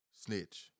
snitch